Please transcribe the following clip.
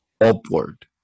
upward